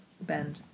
bend